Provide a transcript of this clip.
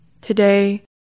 Today